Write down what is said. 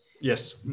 Yes